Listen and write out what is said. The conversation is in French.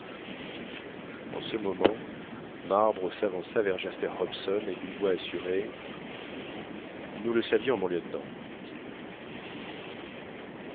en ce moment marbre s'avança vers jasper hobson et d'une voix assurée nous le savions mon lieutenant dit-il